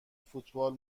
فوتبال